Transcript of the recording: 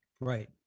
Right